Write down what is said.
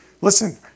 Listen